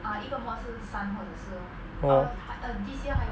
orh